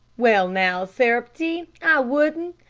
well, now, sarepty, i wouldn't.